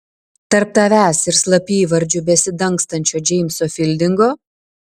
tarp tavęs ir slapyvardžiu besidangstančio džeimso fildingo